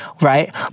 right